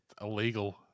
illegal